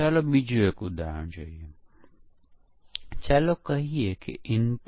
ભૂલો ઘટાડવા શું કરવું જોઇયે